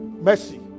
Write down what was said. mercy